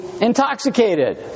intoxicated